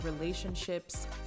relationships